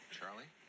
Charlie